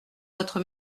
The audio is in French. votre